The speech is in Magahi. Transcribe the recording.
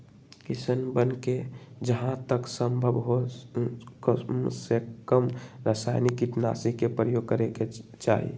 किसनवन के जहां तक संभव हो कमसेकम रसायनिक कीटनाशी के प्रयोग करे के चाहि